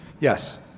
Yes